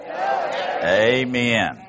Amen